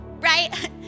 Right